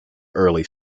early